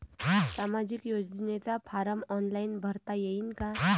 सामाजिक योजनेचा form online भरता येईन का?